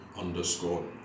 underscore